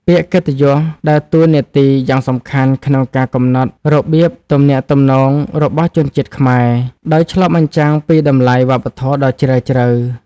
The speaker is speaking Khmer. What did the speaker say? ពាក្យកិត្តិយសដើរតួនាទីយ៉ាងសំខាន់ក្នុងការកំណត់របៀបទំនាក់ទំនងរបស់ជនជាតិខ្មែរ ដោយឆ្លុះបញ្ចាំងពីតម្លៃវប្បធម៌ដ៏ជ្រាលជ្រៅ។